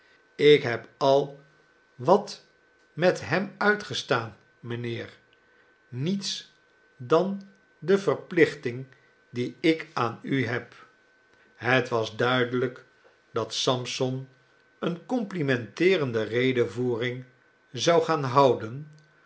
ik heb al wat met hem uitgestaan mijnheer niets dan de verplichting die ik aan u heb het was duidelijk dat sampson eene complimenteerende redevoering zou gaan houden